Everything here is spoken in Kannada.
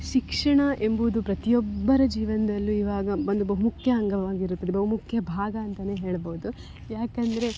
ಶಿಕ್ಷಣ ಎಂಬುದು ಪ್ರತಿಯೊಬ್ಬರ ಜೀವನದಲ್ಲು ಇವಾಗ ಒಂದು ಬಹುಮುಖ್ಯ ಅಂಗವಾಗಿರುತ್ತದೆ ಬಹುಮುಖ್ಯ ಭಾಗ ಅಂತಲೆ ಹೇಳ್ಬೋದು ಯಾಕೆಂದ್ರೆ